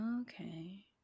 Okay